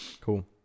Cool